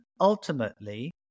ultimately